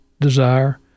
desire